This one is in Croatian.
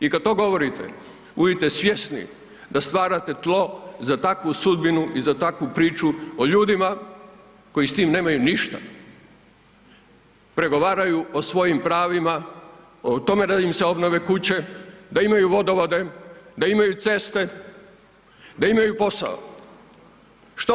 I kad to govorite budite svjesni da stvarate tlo za takvu sudbinu i za takvu priču o ljudima koji s tim nemaju ništa, pregovaraju o svojim pravima, o tome da im se obnove kuće, da imaju vodovode, da imaju ceste, da imaju posao.